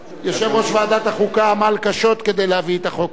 יושב-ראש ועדת החוקה עמל קשות כדי להביא את החוק הזה.